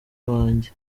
wanjye